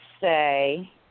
say